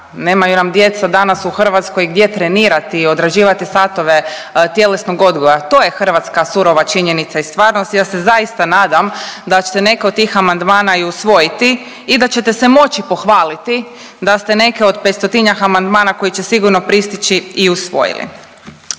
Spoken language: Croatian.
nemaju nam djeca danas u Hrvatskoj gdje trenirati i odrađivati satove tjelesnog odgoja, to je hrvatska surova činjenica i stvarnost i ja se zaista nadam da ćete neke od tih amandmana i usvojiti i da ćete se moći pohvaliti da ste neke od 500-tinjak amandmana koji će sigurno pristići i usvojili.